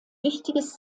wichtiges